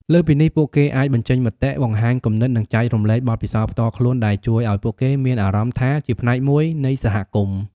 លើសពីនេះពួកគេអាចបញ្ចេញមតិ បង្ហាញគំនិត និងចែករំលែកបទពិសោធន៍ផ្ទាល់ខ្លួន ដែលជួយឱ្យពួកគេមានអារម្មណ៍ថាជាផ្នែកមួយនៃសហគមន៍។